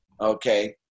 Okay